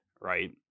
Right